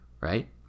right